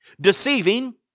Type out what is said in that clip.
deceiving